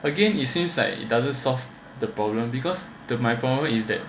again it seems like it doesn't solve the problem because the my problem is that